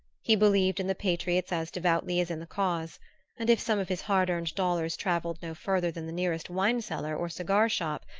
he believed in the patriots as devoutly as in the cause and if some of his hard-earned dollars travelled no farther than the nearest wine-cellar or cigar-shop,